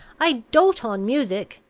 i dote on music.